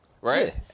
right